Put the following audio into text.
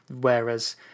Whereas